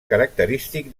característic